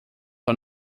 are